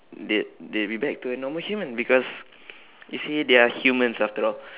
they they will be back to a normal human because you see they are humans after all